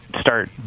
start